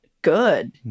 Good